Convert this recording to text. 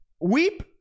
weep